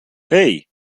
hey